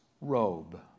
robe